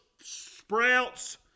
sprouts